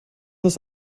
das